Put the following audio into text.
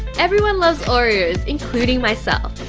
everyone loves oreos including myself.